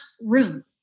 room